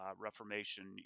Reformation